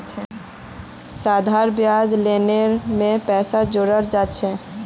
साधारण ब्याज लोनेर मेन पैसात जोड़ाल जाछेक